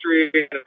history